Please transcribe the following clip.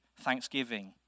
thanksgiving